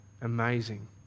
amazing